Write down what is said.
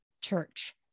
church